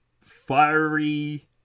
fiery